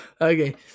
Okay